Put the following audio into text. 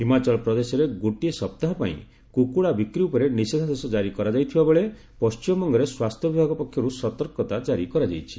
ହିମାଚଳ ପ୍ରଦେଶରେ ଗୋଟିଏ ସପ୍ତାହ ପାଇଁ କୁକୁଡ଼ା ବିକ୍ସି ଉପରେ ନିଷେଧାଦେଶ କାରି କରାଯାଇଥିବା ବେଳେ ପଶ୍ଚିମବଙ୍ଗରେ ସ୍ପାସ୍ଥ୍ୟ ବିଭାଗ ପକ୍ଷରୁ ସତର୍କତା ଜାରି କରାଯାଇଛି